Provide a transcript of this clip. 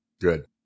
Good